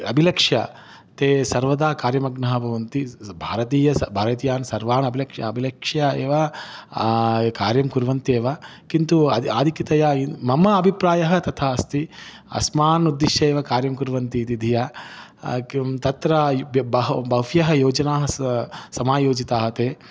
अबिलक्ष्य ते सर्वदा कार्यमग्नाः भवन्ति भारतीयः भारतीयान् सर्वानभिलक्ष्य अभिलक्ष्य एव कार्यं कुर्वन्ति एव किन्तु यदि आधिक्यतया मम अभिप्रायः तथा अस्ति अस्मान् उद्दिश्य एव कार्यं कुर्वन्ति इति धिया किं तत्र बहु बह्व्यः योजनाः सः समायोजिताः ते